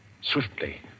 Swiftly